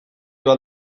bat